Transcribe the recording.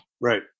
Right